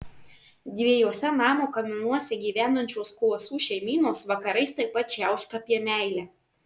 dviejuose namo kaminuose gyvenančios kuosų šeimynos vakarais taip pat čiauška apie meilę